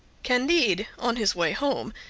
candide, on his way home,